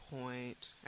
point